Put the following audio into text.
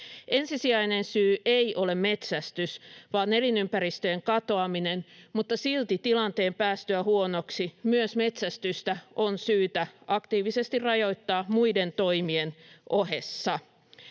Ensisijainen syy ei ole metsästys vaan elinympäristöjen katoaminen, mutta silti tilanteen päästyä huonoksi myös metsästystä on syytä aktiivisesti rajoittaa muiden toimien ohessa.